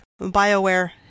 Bioware